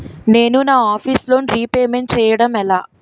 నేను నా office loan repayment చేయడం ఎలా?